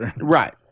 Right